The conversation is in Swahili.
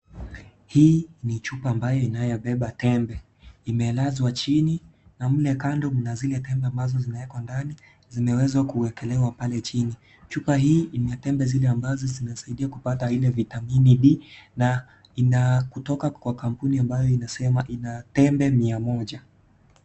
Hii ni chupa ambayo inayobeba tembe. Imeelazwa chini na mle kando mna zile tembe ambazo zinaekwa ndani, zimewezwa kuwekelewa pale chini. Chupa hii imeatembe zile ambazo zinaasaidia kupata ile vitamini D na inakutoka kwa kampuni ambayo inasema ina tembe mia moja.